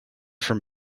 from